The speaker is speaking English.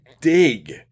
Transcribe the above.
dig